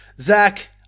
Zach